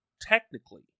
technically